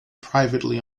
privately